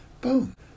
boom